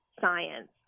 science